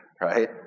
right